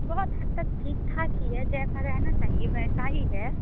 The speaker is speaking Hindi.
बहुत हद तक ठीक ठाक ही है जैसा रहना चाहिए वैसा ही है